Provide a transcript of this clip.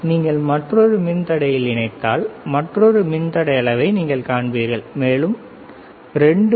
நீங்கள் மற்றொரு மின்தடையுடன் இணைத்தால் மற்றொரு மின்தடை அளவை நீங்கள் காண்பீர்கள் மேலும் 2